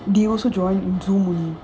they also joined in Zoom only